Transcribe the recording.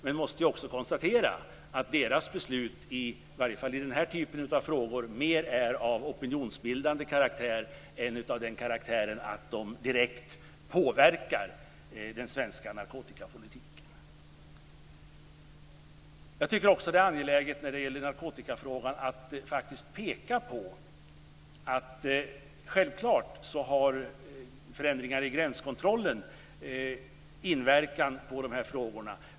Men jag måste också konstatera att Europaparlamentets beslut, åtminstone i denna typ av frågor, mer är av opinionsbildande karaktär än av den karaktären att de direkt påverkar den svenska narkotikapolitiken. När det gäller narkotikafrågan tycker jag också att det är angeläget att faktiskt peka på att förändringar i gränskontrollen självklart har inverkan på dessa frågor.